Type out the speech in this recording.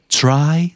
try